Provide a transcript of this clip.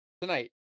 Tonight